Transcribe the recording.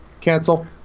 Cancel